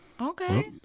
Okay